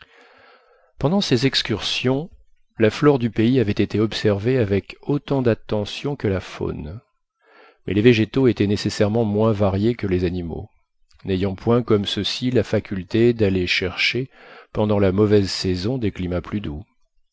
pendant ces excursions la flore du pays avait été observée avec autant d'attention que la faune mais les végétaux étaient nécessairement moins variés que les animaux n'ayant point comme ceux-ci la faculté d'aller chercher pendant la mauvaise saison des climats plus doux